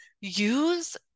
use